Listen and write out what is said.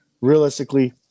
realistically